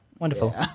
Wonderful